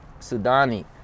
Sudani